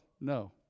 no